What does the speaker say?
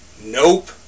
Nope